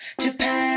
Japan